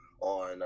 on